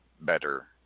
better